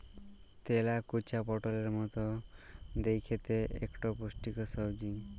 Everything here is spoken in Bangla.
তেলাকুচা পটলের মত দ্যাইখতে ইকট পুষ্টিকর সবজি